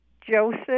Joseph